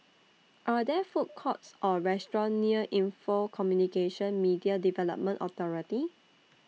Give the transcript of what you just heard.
Are There Food Courts Or restaurants near Info Communications Media Development Authority